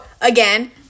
again